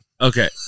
Okay